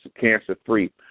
cancer-free